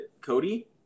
Cody